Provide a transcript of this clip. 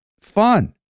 fun